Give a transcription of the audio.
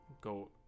go